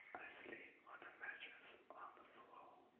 sleep on a mattress on the floor